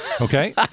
okay